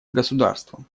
государством